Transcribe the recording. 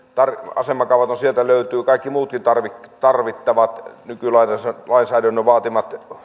asemakaavat on ja sieltä löytyy kaikki muutkin tarvittavat tarvittavat nykylainsäädännön vaatimat